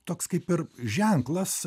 toks kaip ir ženklas